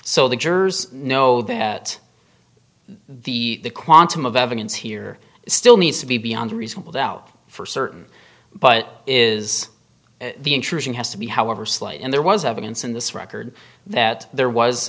so the jurors know that the quantum of evidence here still needs to be beyond a reasonable doubt for certain but is the intrusion has to be however slight and there was evidence in this record that there was